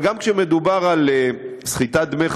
אבל גם כשמדובר על סחיטת דמי חסות,